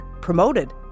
promoted